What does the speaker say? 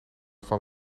van